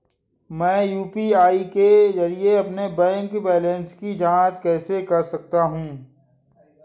मैं यू.पी.आई के जरिए अपने बैंक बैलेंस की जाँच कैसे कर सकता हूँ?